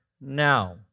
now